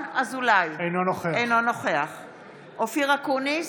אינו נוכח אופיר אקוניס,